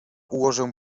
ułożę